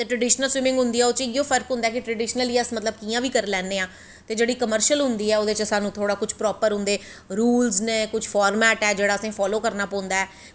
ते traditional swimming होंदी ऐ ओह्दे च इयै फर्क होंदा ऐ कि मतलव ट्रडिशनल गी अस कियां बी करी लैन्ने आं ते जेह्ड़ी कमर्शियल होंदी ऐ ओह्दे च साह्नू कुश प्रापर उंदे रूलस नै साह्नू फालो करनें पौंदे नै